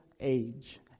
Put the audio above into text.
age